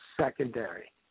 secondary